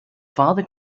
father